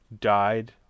died